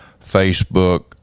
Facebook